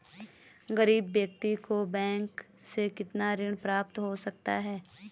गरीब व्यक्ति को बैंक से कितना ऋण प्राप्त हो सकता है?